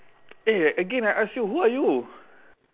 eh again I ask you who are you